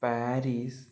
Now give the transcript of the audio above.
Paris